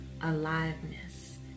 aliveness